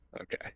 Okay